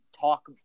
talk